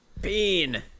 Bean